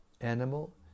animal